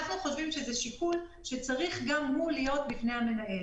אנחנו חושבים שזה שיקול שצריך גם הוא להיות בפני המנהל.